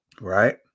Right